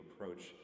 approach